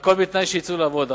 והכול בתנאי שיצאו לעבוד.